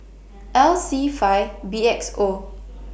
L C five B X O